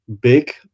big